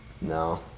no